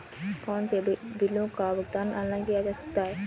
कौनसे बिलों का भुगतान ऑनलाइन किया जा सकता है?